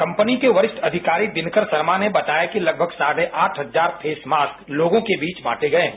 company के वरिष्ठ अधिकारी दिनकर शर्मा ने बताया कि लगभग साढे आठ हजार फेस मास्क लोगों के बीच बांटे गये हैं